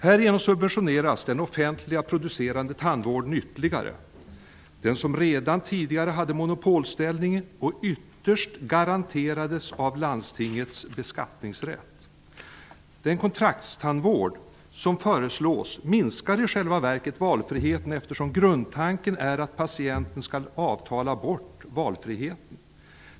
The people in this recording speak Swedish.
Härigenom subventioneras den offentligt producerade tandvården ytterligare -- den som redan tidigare hade monopolställning och ytterst garanterades av landstingens beskattningsrätt. Den kontraktstandvård som föreslås minskar i själva verket valfriheten, eftersom grundtanken är att patienten skall avtala bort valfriheten.